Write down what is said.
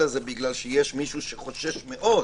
אלא בגלל שיש מישהו שחושש מאוד